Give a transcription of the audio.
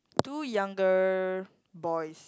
two younger boys